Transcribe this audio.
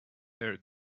air